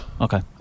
Okay